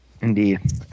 Indeed